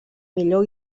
millor